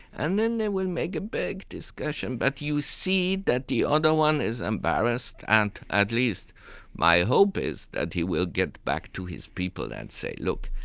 and then they will make a big discussion, but you see that the other ah and one is embarrassed and at least my hope is that he will get back to his people and say, look,